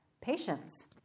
Patience